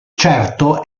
certo